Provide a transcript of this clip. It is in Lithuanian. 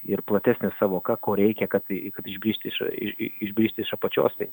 ir platesnė sąvoka ko reikia kad kad išbrist iš išbristi iš apačios tai